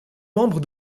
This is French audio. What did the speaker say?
membre